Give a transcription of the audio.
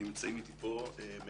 ולא לחפש את הצד החמור שבהלכה.